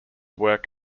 work